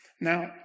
Now